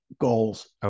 goals